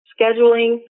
scheduling